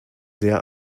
sehr